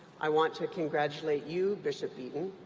i want to congratulate you, bishop eaton,